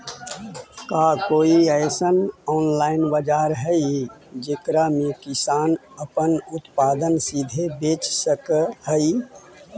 का कोई अइसन ऑनलाइन बाजार हई जेकरा में किसान अपन उत्पादन सीधे बेच सक हई?